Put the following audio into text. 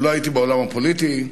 לא הייתי בעולם הפוליטי,